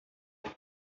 them